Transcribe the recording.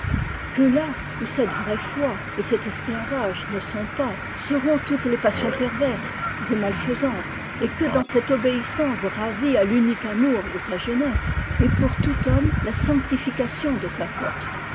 que là où cette vraie foi et cet esclavage ne sont pas seront toutes les passions perverses et malfaisantes et que dans cette oléissancera vie à l'unique amour de sa jeunesse est pour tout homme la sanctification de sa force